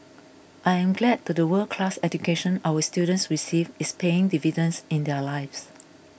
I am glad that the world class education our students receive is paying dividends in their lives